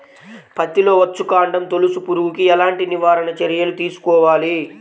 పత్తిలో వచ్చుకాండం తొలుచు పురుగుకి ఎలాంటి నివారణ చర్యలు తీసుకోవాలి?